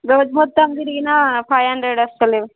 రోజు మొత్తం తిరిగినా ఫైవ్ హండ్రెడ్ వస్తలేవు